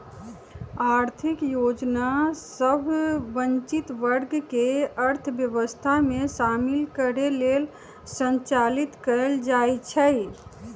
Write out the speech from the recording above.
आर्थिक योजना सभ वंचित वर्ग के अर्थव्यवस्था में शामिल करे लेल संचालित कएल जाइ छइ